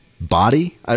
Body